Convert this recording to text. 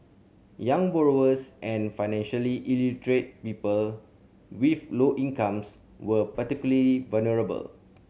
young borrowers and financially illiterate people with low incomes were particularly vulnerable